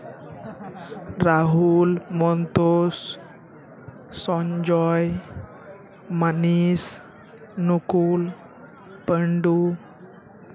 Rahul Mantosh Sanjay Manish Nakul Pandu